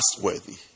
Trustworthy